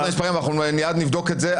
אני לא זוכר, מייד נבדוק את זה.